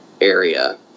area